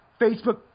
Facebook